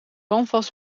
canvas